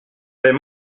vais